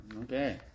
Okay